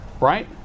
Right